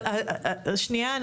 אבל שנייה,